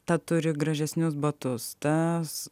tad turi gražesnius batus tas